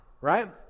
right